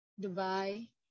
Dubai